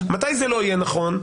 מתי זה לא יהיה נכון?